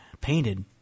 painted